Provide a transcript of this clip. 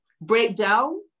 breakdown